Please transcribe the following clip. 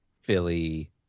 Philly